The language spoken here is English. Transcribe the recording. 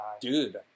Dude